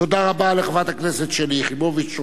תודה רבה לחברת הכנסת שלי יחימוביץ,